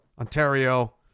Ontario